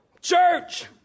church